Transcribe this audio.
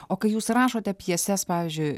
o kai jūs rašote pjeses pavyzdžiui